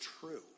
true